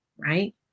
Right